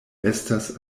estas